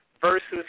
versus